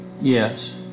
Yes